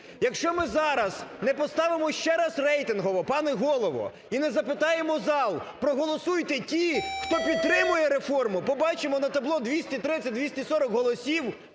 Якщо ми зараз не поставимо ще раз рейтингово, пане Голово, і не запитаємо зал, проголосуйте ті, хто підтримує реформу, побачимо на табло 230-240 голосів,